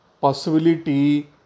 possibility